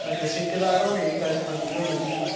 अच्छा ठेकेदार होरें ई पैसे फसी दे होने भी